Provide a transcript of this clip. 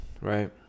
Right